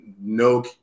no